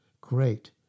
great